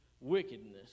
wickedness